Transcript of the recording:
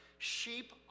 Sheep